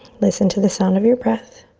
listen to the sound of your breath.